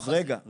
רגע,